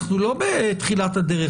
אנחנו לא בתחילת הדרך,